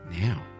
now